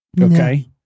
Okay